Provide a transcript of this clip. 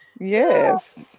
Yes